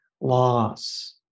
loss